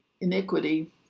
iniquity